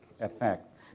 effect